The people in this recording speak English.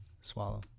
swallow